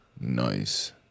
Nice